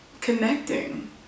connecting